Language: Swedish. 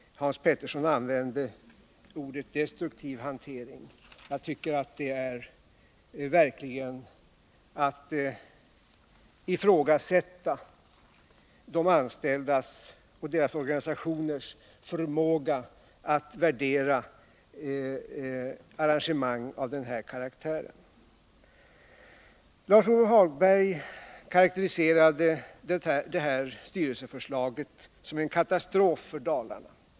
Hans Petersson använde uttrycket destruktiv hantering. Jag tycker att det är verkligen att ifrågasätta de anställdas och deras organisationers förmåga att värdera arrangemang av den här karaktären. Lars-Ove Hagberg karakteriserade styrelseförslaget som en katastrof för Dalarna.